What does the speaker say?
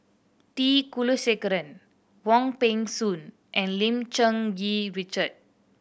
T Kulasekaram Wong Peng Soon and Lim Cherng Yih Richard